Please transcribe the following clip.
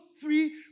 three